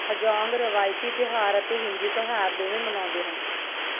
ਹਾਜੌਂਗ ਰਵਾਇਤੀ ਤਿਉਹਾਰ ਅਤੇ ਹਿੰਦੂ ਤਿਉਹਾਰ ਦੋਵੇਂ ਮਨਾਉਂਦੇ ਹਨ